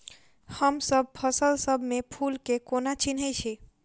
हमसब फसल सब मे फूल केँ कोना चिन्है छी?